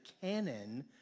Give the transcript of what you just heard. canon